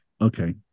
Okay